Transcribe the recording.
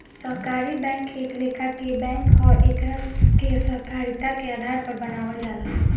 सहकारी बैंक एक लेखा के बैंक ह एकरा के सहकारिता के आधार पर बनावल जाला